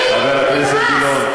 לי נמאס.